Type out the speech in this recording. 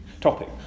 topic